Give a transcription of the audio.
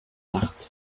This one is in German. nachts